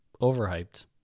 overhyped